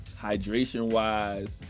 hydration-wise